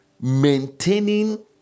maintaining